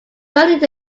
buried